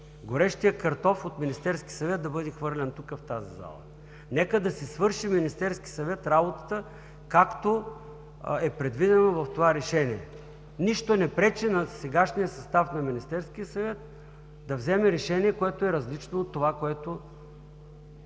горещият картоф от Министерски съвет да бъде хвърлен тук в тази зала. Нека Министерският съвет да си свърши работата, както е предвидено в това решение. Нищо не пречи на сегашния състав на Министерския съвет да вземе решение, което е различно от това, което